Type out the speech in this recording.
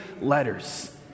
letters